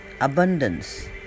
abundance